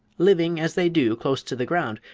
living, as they do, close to the ground,